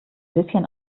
bisschen